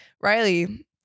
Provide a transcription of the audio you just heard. Riley